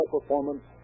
performance